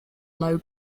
low